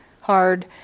hard